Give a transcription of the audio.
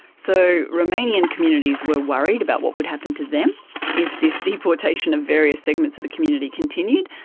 so romanian communities were worried about what would happen to them if this deportation of various segments of the community continued.